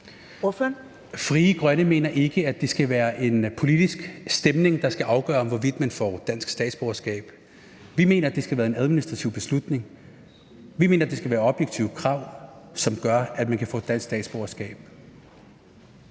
Frie Grønne mener ikke, at det skal være en politisk stemning, der skal være afgørende for, hvorvidt man får dansk statsborgerskab. Vi mener, at det skal være en administrativ beslutning. Vi mener, at det skal være objektive krav, som gør, at man kan få dansk statsborgerskab.